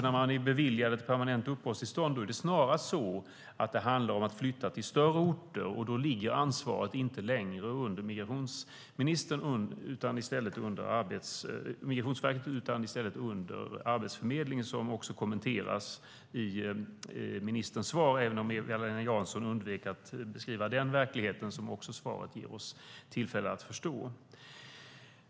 När man beviljar ett permanent uppehållstillstånd handlar det snarare om att flytta till större orter, och då ligger ansvaret inte längre under Migrationsverket utan i stället under Arbetsförmedlingen. Det kommenteras också i ministerns svar, även om Eva-Lena Jansson undvek att beskriva den verklighet som svaret ger oss tillfälle att förstå.